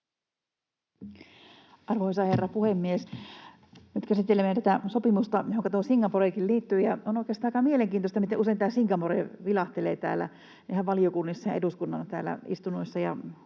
Arvoisa herra puhemies! Nyt käsittelemme tätä sopimusta, johonka tuo Singaporekin liittyy, ja on oikeastaan aika mielenkiintoista, miten usein tämä Singapore vilahtelee täällä ihan valiokunnissa ja eduskunnan istunnoissa.